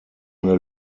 eine